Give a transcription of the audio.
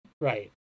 Right